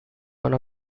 one